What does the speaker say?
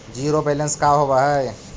Zero balance का होव हइ?